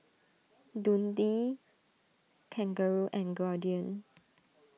Dundee Kangaroo and Guardian